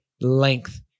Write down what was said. length